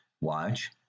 Watch